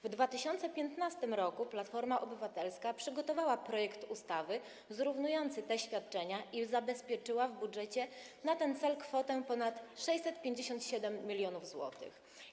W 2015 r. Platforma Obywatelska przygotowała projekt ustawy zrównujący te świadczenia i zabezpieczyła w budżecie na ten cel kwotę ponad 657 mln zł.